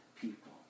people